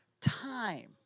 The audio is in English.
time